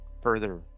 further